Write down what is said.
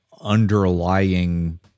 underlying